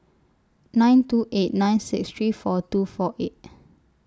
nine two eight nine six three four two four eight